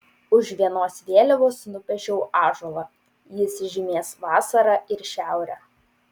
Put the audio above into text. už vienos vėliavos nupiešiau ąžuolą jis žymės vasarą ir šiaurę